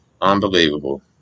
Unbelievable